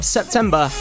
September